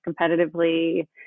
competitively